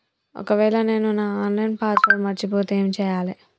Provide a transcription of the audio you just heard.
ఒకవేళ నేను నా ఆన్ లైన్ పాస్వర్డ్ మర్చిపోతే ఏం చేయాలే?